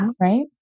right